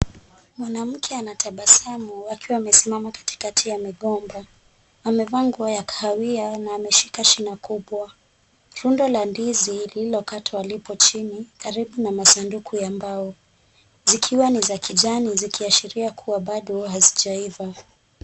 Mwanamke anatabasamu akiwa amesimama katikati ya migomba , amevaa nguo ya kahawia na ameshika shina kubwa . Rundo la ndizi lililokatwa liko chini karibu na masanduku ya mbao, zikiwa ni za kijani zikiashiria kuwa bado hazijaiva.